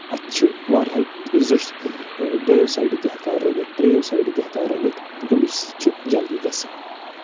اَتھ چھِ واریاہَو زٕٹسہٕ دوٚیو سایڈٕ تہِ ہٮ۪کان رٔنِتھ تریو سایڈٕ تہِ ہٮ۪کان رٔنِتھ تہٕ امے سۭتۍ چھِ جلدی گژھان